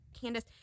Candace